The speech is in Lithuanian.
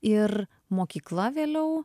ir mokykla vėliau